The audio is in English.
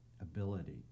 ability